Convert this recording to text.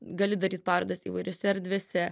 gali daryt parodas įvairiose erdvėse